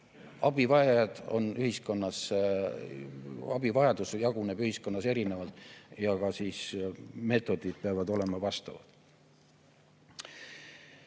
abivajadus jaguneb ühiskonnas erinevalt ja meetodid peavad olema vastavad.